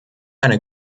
eine